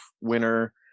winner